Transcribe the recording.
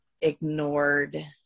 ignored